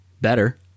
better